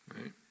right